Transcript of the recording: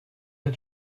the